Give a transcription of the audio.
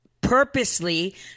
purposely